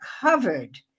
covered